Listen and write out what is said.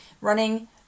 Running